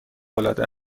العاده